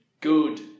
good